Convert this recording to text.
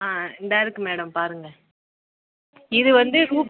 ஆ இந்தா இருக்குது மேடம் பாருங்க இது வந்து ரூப்